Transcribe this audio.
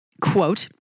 quote